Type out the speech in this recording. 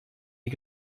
die